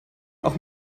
auch